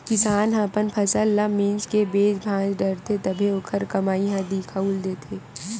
किसान ह अपन फसल ल मिंज के बेच भांज डारथे तभे ओखर कमई ह दिखउल देथे